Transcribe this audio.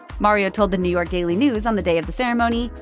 mario told the new york daily news on the day of the ceremony,